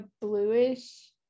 bluish